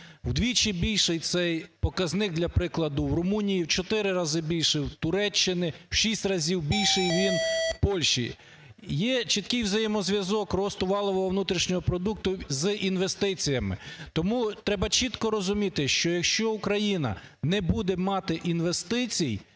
Вдвічі більший цей показник, для прикладу, в Румунії, в 4 рази більше в Туреччини, в 6 разів більший він в Польщі. Є чіткий взаємозв'язок росту валового внутрішнього продукту з інвестиціями, тому треба чітко розуміти, що якщо Україна не буде мати інвестицій,